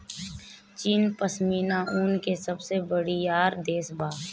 चीन पश्मीना ऊन के सबसे बड़ियार देश बा